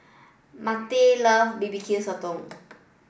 Marty love B B Q Sotong